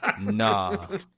Nah